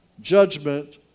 judgment